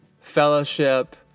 fellowship